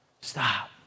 Stop